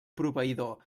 proveïdor